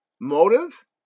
Motive